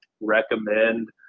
Recommend